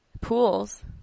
Pools